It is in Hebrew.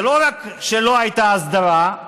לא רק שלא הייתה הסדרה,